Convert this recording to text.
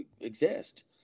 exist